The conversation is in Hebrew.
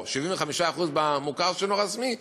או 75% מהמוכר שאינו רשמי,